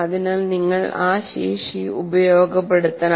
അതിനാൽ നിങ്ങൾ ആ ശേഷി ഉപയോഗപ്പെടുത്തണം